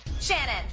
shannon